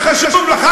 מה שחשוב לך,